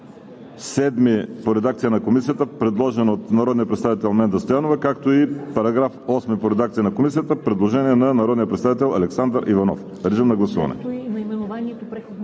§ 7 с редакция на Комисията, предложен от народния представител Менда Стоянова; както и § 8 с редакция на Комисията – предложение на народния представител Александър Иванов. Гласували